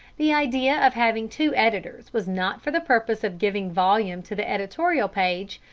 the idea of having two editors was not for the purpose of giving volume to the editorial page,